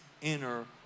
inner